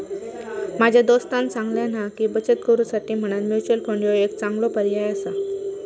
माझ्या दोस्तानं सांगल्यान हा की, बचत करुसाठी म्हणान म्युच्युअल फंड ह्यो एक चांगलो पर्याय आसा